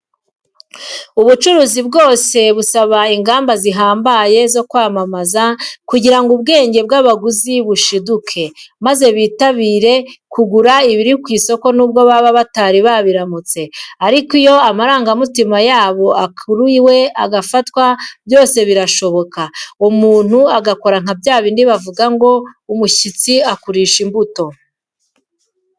Ubucuruzi bwose busaba ingamba zihambaye zo kwamamaza kugira ngo ubwenge bw'abaguzi bushiduke, maze bitabire kugura ibiri ku isoko n'ubwo baba batari babiramutse ariko iyo amarangamutima yabo akuruwe agafatwa byose birashoboka, umuntu agakora nka bya bindi bavuga ngo umushyitsi akurisha imbuto.